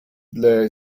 lay